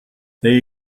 they